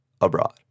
Abroad